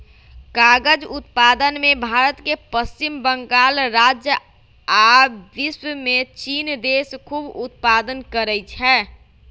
कागज़ उत्पादन में भारत के पश्चिम बंगाल राज्य आ विश्वमें चिन देश खूब उत्पादन करै छै